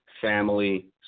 family